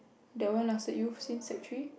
that one lasted you since century